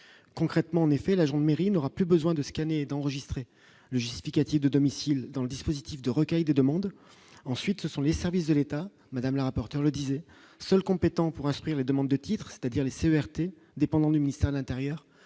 concrètement, en effet, l'agent Mérimée aura plus besoin de scanner et d'enregistrer le justificatif de domicile dans le dispositif de recueil de demandes, ensuite, ce sont les services de l'État madame la rapporteur le disait, seul compétent pour instruire les demandes de titres, c'est-à-dire laisser verte et dépendant du ministère de l'Intérieur